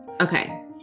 Okay